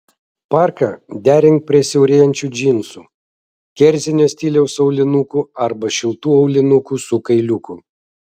parką derink prie siaurėjančių džinsų kerzinio stiliaus aulinukų arba šiltų aulinukų su kailiuku